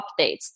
updates